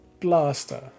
blaster